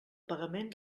pagament